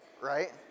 right